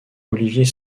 olivier